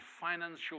financial